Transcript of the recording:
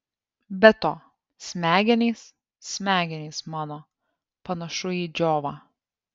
be to smegenys smegenys mano panašu į džiovą